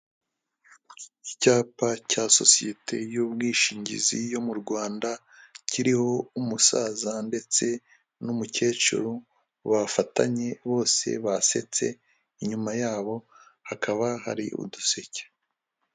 Icyapa cya sosiyete y'ubwishingizi yo mu Rwanda, kiriho umusaza ndetse n'umukecuru bafatanye bose basetse, inyuma yabo hakaba hari uduseke.